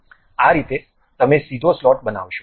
આ રીતે તમે સીધો સ્લોટ બનાવશો